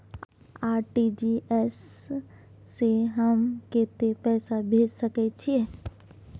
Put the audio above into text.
RTG S स हम कत्ते पैसा भेज सकै छीयै?